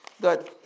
Good